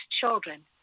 children